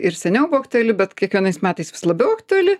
ir seniau buvo aktuali bet kiekvienais metais vis labiau aktuali